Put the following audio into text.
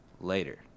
later